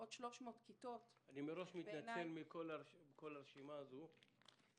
עוד 300 כיתות --- אני מתנצל מראש בפני כל רשימת הדוברים,